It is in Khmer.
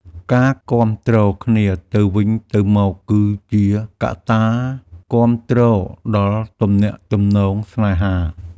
ការគាំទ្រគ្នាទៅវិញទៅមកគឺជាកត្តាគាំទ្រដល់ទំនាក់ទំនងស្នេហា។